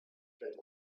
drink